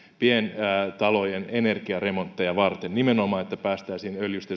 pientalojen energiaremontteja varten nimenomaan että päästäisiin öljystä